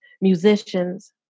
musicians